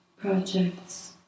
projects